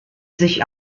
sich